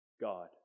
God